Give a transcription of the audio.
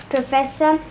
Professor